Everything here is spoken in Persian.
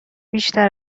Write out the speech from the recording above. بیشتر